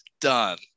Done